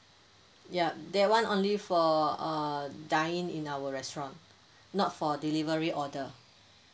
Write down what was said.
yup that one only for uh dine in in our restaurant not for delivery order